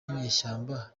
n’inyeshyamba